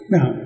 Now